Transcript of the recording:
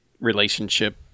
relationship